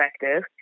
effective